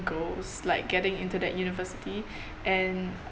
goals like getting into that university and